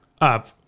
up